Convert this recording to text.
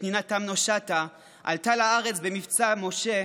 פנינה תמנו שטה עלתה לארץ במבצע משה,